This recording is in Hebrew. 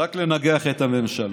רק לנגח את הממשלה,